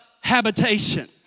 habitation